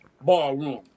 ballroom